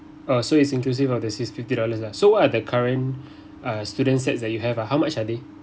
uh so is inclusive of the fif~ fifty dollars lah so what are the current uh students set that you have ah how much are they